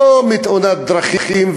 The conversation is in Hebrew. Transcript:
או מתאונת דרכים,